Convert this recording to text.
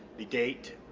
the date,